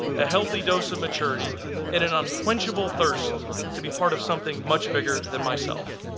a healthy dose of maturity and an unquenchable thirst to be part of something much bigger than myself.